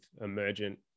emergent